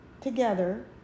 together